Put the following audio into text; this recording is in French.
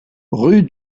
rue